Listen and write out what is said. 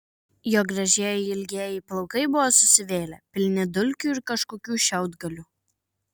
jo gražieji ilgieji plaukai buvo susivėlę pilni dulkių ir kažkokių šiaudgalių